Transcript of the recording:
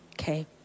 Okay